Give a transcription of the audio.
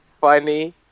funny